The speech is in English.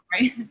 right